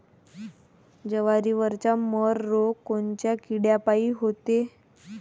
जवारीवरचा मर रोग कोनच्या किड्यापायी होते?